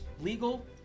legal